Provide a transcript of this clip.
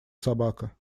собака